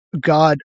God